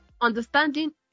understanding